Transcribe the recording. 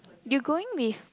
you going with